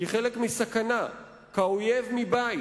כחלק מסכנה, כאויב מבית.